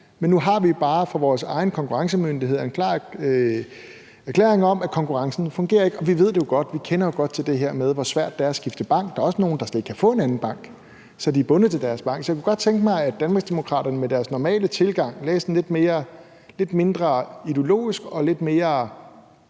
Men nu har vi bare fra vores egne konkurrencemyndigheder en klar erklæring om, at konkurrencen ikke fungerer. Og vi ved det jo godt; vi kender jo godt til det her med, hvor svært det er at skifte bank, og der også nogle, der slet ikke kan få en anden bank, så de er bundet til deres bank. Jeg kunne godt tænke mig, at Danmarksdemokraterne med deres normale tilgang havde en sådan lidt mindre ideologisk går lidt mere